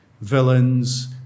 villains